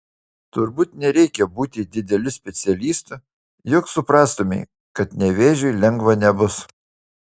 turbūt nereikia būti dideliu specialistu jog suprastumei kad nevėžiui lengva nebus